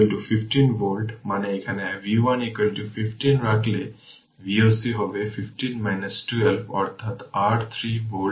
সুতরাং এই 1 Ω এবং 1 Ω এবং 4 Ω তারা প্যারালাল কিন্তু এই I কারেন্ট এই 4 Ω প্রতিরেজিস্টেন্স এর মধ্য দিয়ে প্রবাহিত হচ্ছে